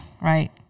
Right